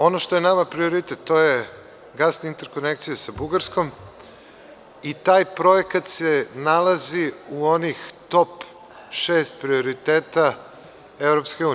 Ono što je nama prioritet, to je gasna interkonekcija sa Bugarskom i taj projekat se nalazi u onih top šest prioriteta EU.